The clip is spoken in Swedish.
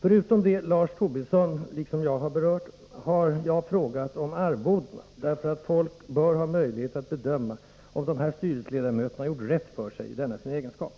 Förutom det Lars Tobisson liksom jag har berört, har jag frågat om arvoden, därför att folk bör ha möjlighet att bedöma om de här styrelseledamöterna har gjort rätt för sig i denna sin egenskap.